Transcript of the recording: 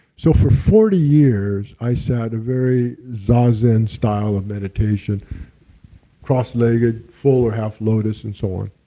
so for forty years i sat a very zazen style of meditation cross-legged, full or half lotus, and so on.